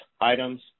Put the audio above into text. items